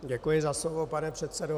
Děkuji za slovo, pane předsedo.